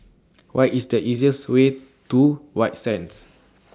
What IS The easiest Way to White Sands